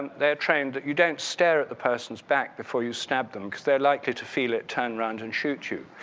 they're trained that you don't stare at the person's back before you stab them because they're likely to feel it, turn around and shoot you.